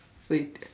wait